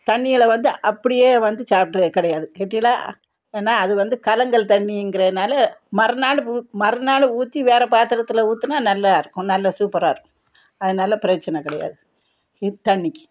தண்ணியில் வந்து அப்டியே வந்து சாப்பிட்றே கிடையாது கேட்டிகளா ஏன்னா அது வந்து கலங்கள் தண்ணிங்கிறனால் மறுநாள் மறுநாள் ஊற்றி வேறே பாத்திரத்தில் ஊற்றினா நல்லா இருக்கும் நல்ல சூப்பராக இருக்கும் அதனால் பிரச்சனை கிடையாது தண்ணிக்கு